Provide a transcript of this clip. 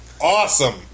Awesome